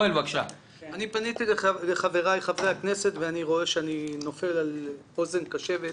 כשפניתי לחבריי חברי הכנסת, מצאתי אוזן קשבת.